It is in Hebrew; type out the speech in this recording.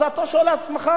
אז אתה שואל את עצמך: